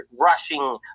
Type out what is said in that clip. rushing